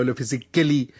physically